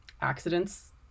accidents